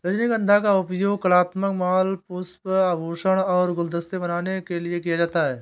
रजनीगंधा का उपयोग कलात्मक माला, पुष्प, आभूषण और गुलदस्ते बनाने के लिए किया जाता है